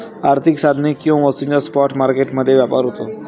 आर्थिक साधने किंवा वस्तूंचा स्पॉट मार्केट मध्ये व्यापार होतो